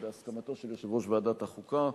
בהסכמתו של יושב-ראש ועדת החוקה,